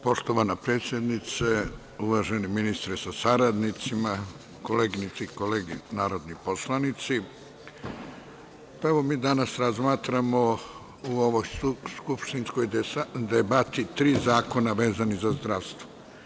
Poštovana predsednice, uvaženi ministre sa saradnicima, koleginice i kolege narodni poslanici, mi danas razmatramo u ovoj skupštinskoj debati tri zakona vezana za zdravstvo.